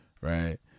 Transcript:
right